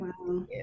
Wow